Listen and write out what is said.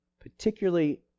particularly